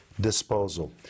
disposal